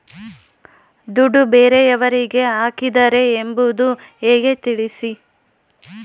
ದುಡ್ಡು ಬೇರೆಯವರಿಗೆ ಹಾಕಿದ್ದಾರೆ ಎಂಬುದು ಹೇಗೆ ತಿಳಿಸಿ?